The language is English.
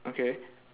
okay